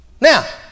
Now